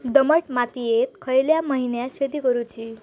दमट मातयेत खयल्या महिन्यात शेती करुची?